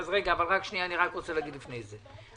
אבל אני רוצה להגיד לפני כן.